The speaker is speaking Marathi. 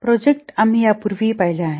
प्रोजेक्ट आम्ही यापूर्वीही पाहिले आहे